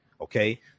Okay